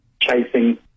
chasing